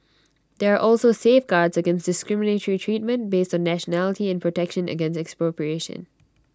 there are also safeguards against discriminatory treatment based on nationality and protection against expropriation